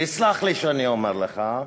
תסלח לי שאני אומר לך,